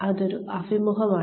അതൊരു അഭിമുഖമാണ്